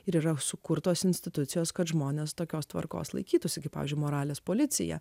ir yra sukurtos institucijos kad žmonės tokios tvarkos laikytųsi kaip pavyzdžiui moralės policija